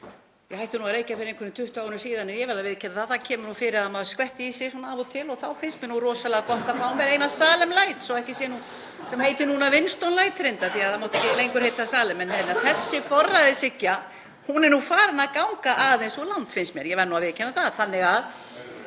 Ég hætti nú að reykja fyrir einhverjum 20 árum síðan en ég verð að viðurkenna að það kemur fyrir að maður skvetti í sig svona af og til og þá finnst mér nú rosalega gott að fá mér eina Salem light, sem heitir núna Winston light reyndar því að það mátti ekki lengur heita Salem. Þessi forræðishyggja er því farin að ganga aðeins of langt, finnst mér, ég verð nú að viðurkenna það. (BLG: